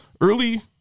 Early